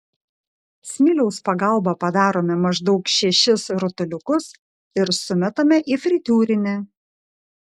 smiliaus pagalba padarome maždaug šešis rutuliukus ir sumetame į fritiūrinę